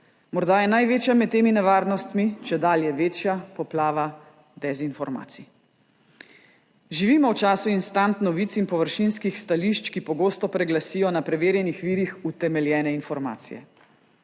Morda je največja med temi nevarnostmi čedalje večja poplava dezinformacij. Živimo v času instant novic in površinskih stališč, ki pogosto preglasijo na preverjenih virih utemeljene informacije,